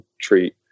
treat